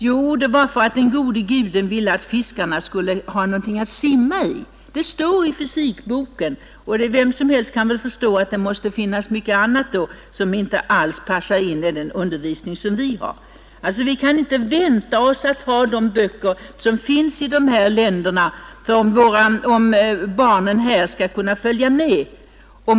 Jo, därför att den gode Guden ville att fiskarna skulle ha något att simma i. Detta står i fysikboken, och då kan vem som helst förstå att det även måste finnas mycket annat som inte passar in i den undervisning vi ger. Vi kan alltså inte använda de böcker som finns i invandrarnas egna länder, om härvarande invandrarbarn skall kunna följa med.